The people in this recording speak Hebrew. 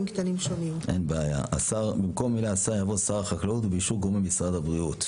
לא, בסדר, הם עוד הרחיקו לכת.